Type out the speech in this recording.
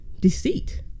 deceit